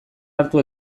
hartu